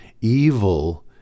Evil